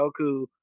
Goku